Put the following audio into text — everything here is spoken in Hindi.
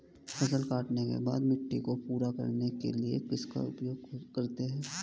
फसल काटने के बाद मिट्टी को पूरा करने के लिए किसका उपयोग करते हैं?